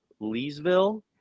Leesville